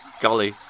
golly